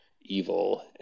evil